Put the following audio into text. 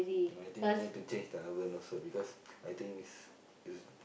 I think you need to change the oven also because I think s~ is